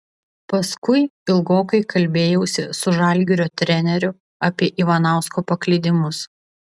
paskui ilgokai kalbėjausi su žalgirio treneriu apie ivanausko paklydimus